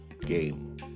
game